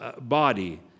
body